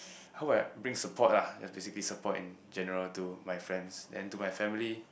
hope I bring support lah ya basically support in general to my friends then to my family